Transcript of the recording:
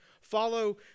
Follow